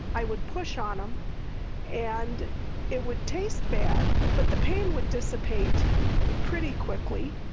i would push on them and it would taste bad, but the pain would dissipate pretty quickly.